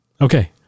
Okay